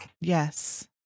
Yes